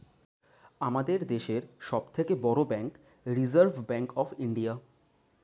আমাদের দেশের সব থেকে বড় bank reserve bank of India